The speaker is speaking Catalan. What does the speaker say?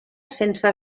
sense